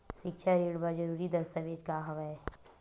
सिक्छा ऋण बर जरूरी दस्तावेज का हवय?